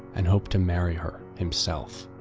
and hoped to marry her himself.